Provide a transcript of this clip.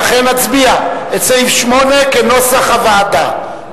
ולכן נצביע על סעיף 8 כנוסח הוועדה.